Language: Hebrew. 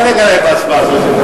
לדלג עלי בהצבעה הזאת.